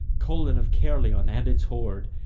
colan of caerleon and its horde,